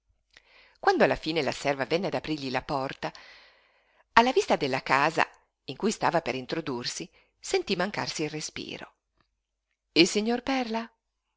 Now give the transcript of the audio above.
quando alla fine la serva venne ad aprirgli alla vista della casa in cui stava per introdursi sentí mancarsi il respiro il signor perla